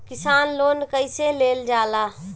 किसान लोन कईसे लेल जाला?